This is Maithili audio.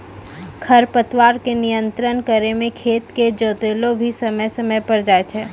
खरपतवार के नियंत्रण करै मे खेत के जोतैलो भी समय समय पर जाय छै